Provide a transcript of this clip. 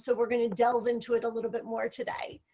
so we are going to delve into it a little bit more today.